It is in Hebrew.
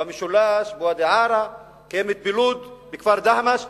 במשולש, בוואדי-עארה, קיימת בלוד, בכפר דהמש,